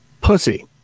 Pussy